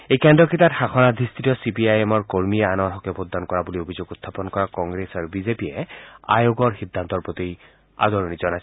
এই কেন্দ্ৰকেইটাত শাসনাধিষ্ঠিত চি পি আই এমৰ কৰ্মীয়ে আনৰ হকে ভোটদান কৰা বুলি অভিযোগ উখাপন কৰা কংগ্ৰেছ আৰু বিজেপিয়ে আয়োগৰ সিদ্ধান্তৰ প্ৰতি আদৰণি জনাইছে